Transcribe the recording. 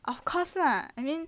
of course lah I mean